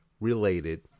related